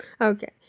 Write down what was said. Okay